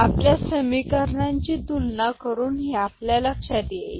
आपल्याला समीकरणांची तुलना करून हे लक्षात येईल